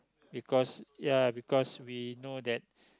because ya because we know that